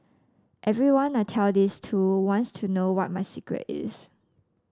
everyone I tell this to wants to know what my secret is